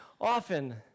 Often